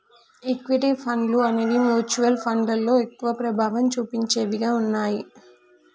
equity ఫండ్లు అనేవి mutual ఫండ్లలో ఎక్కువ ప్రభావం చుపించేవిగా ఉన్నయ్యి